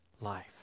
life